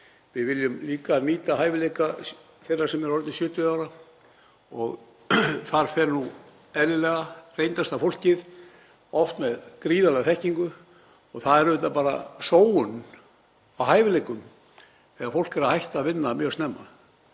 Við viljum líka nýta hæfileika þeirra sem eru orðnir 70 ára og þar fer eðlilega oft reyndasta fólkið, oft með gríðarlega þekkingu. Það er auðvitað bara sóun á hæfileikum þegar fólk er að hætta að vinna mjög snemma,